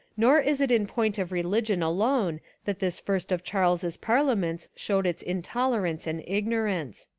nor is it in point of religion alone that this first of charles's parliaments shewed its intolerance and ignorance.